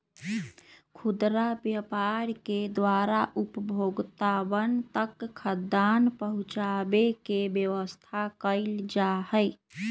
खुदरा व्यापार के द्वारा उपभोक्तावन तक खाद्यान्न पहुंचावे के व्यवस्था कइल जाहई